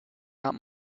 not